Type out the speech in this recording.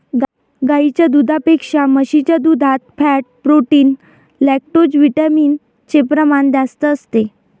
गाईच्या दुधापेक्षा म्हशीच्या दुधात फॅट, प्रोटीन, लैक्टोजविटामिन चे प्रमाण जास्त असते